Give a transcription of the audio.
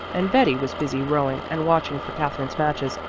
and betty was busy rowing and watching for katherine's matches,